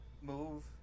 move